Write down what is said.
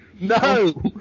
No